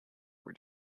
were